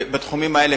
בתחומים האלה,